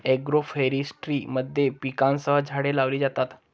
agroforestry मध्ये पिकांसह झाडे लावली जातात